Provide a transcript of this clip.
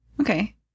Okay